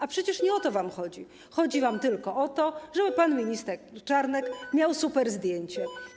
A przecież nie o to wam chodzi, chodzi wam tylko o to, żeby pan minister Czarnek miał superzdjęcie.